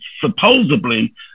supposedly